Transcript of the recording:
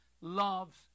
loves